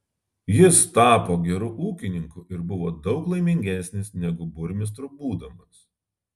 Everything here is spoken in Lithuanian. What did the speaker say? jis tapo geru ūkininku ir buvo daug laimingesnis negu burmistru būdamas